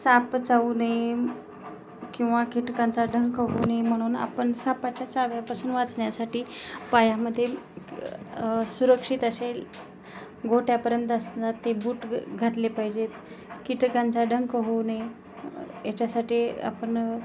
साप चावू नये किंवा कीटकांचा डंख होऊ नये म्हणून आपण सापाच्या चाव्यापासून वाचण्यासाठी पायामध्ये सुरक्षित असे घोट्यापर्यंत असणं ते बूट घातले पाहिजेत कीटकांचा डंख होऊ नये याच्यासाठी आपण